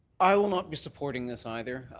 i will not be supporting this either.